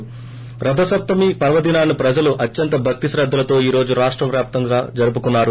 ి రధసప్తమి పర్వదినాన్ని ప్రజలు అత్యంత భక్తి శ్రద్వలతో ఈ రోజు రాష్ట వ్యాప్తంగా జరుపుకున్నారు